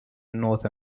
north